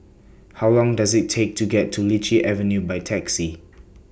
How Long Does IT Take to get to Lichi Avenue By Taxi